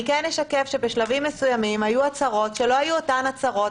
אני כן אשקף שבשלבים מסוימים היו הצהרות שלא היו אותן הצהרות,